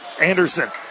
Anderson